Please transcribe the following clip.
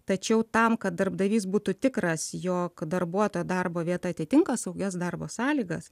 tačiau tam kad darbdavys būtų tikras jog darbuotojo darbo vieta atitinka saugias darbo sąlygas